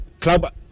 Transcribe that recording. club